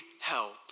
help